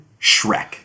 Shrek